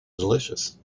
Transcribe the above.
delicious